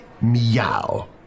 meow